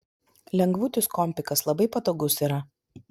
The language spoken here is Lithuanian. lengvutis kompikas labai patogus yra